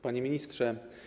Panie Ministrze!